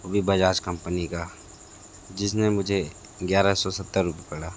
वो भी बजाज कंपनी का जिसमें मुझे ग्यारह सौ सत्तर रुपए का पड़ा